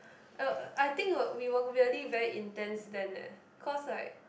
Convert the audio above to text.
uh I think we're we were very very intense then leh cause like